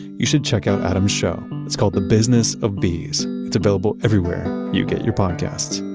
you should check out adam's show. it's called the business of bees. it's available everywhere you get your podcast